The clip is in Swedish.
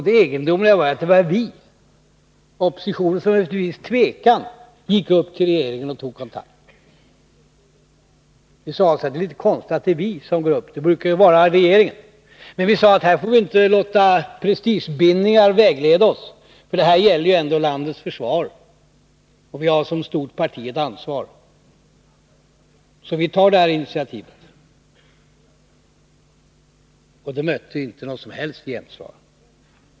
Det egendomliga var att det var vi — oppositionen — som efter viss tvekan gick upp till regeringen och tog kontakt. Vi sade: Det är litet konstigt att det är vi som går till regeringen. Det brukar vara regeringen som tar kontakt, men vi får inte låta prestigebindningar vägleda oss. Det här gäller ju ändå landets försvar, och vi har som stort parti ett ansvar. Därför tar vi det här initiativet. — Men det mötte inte något som helst gensvar.